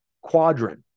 quadrant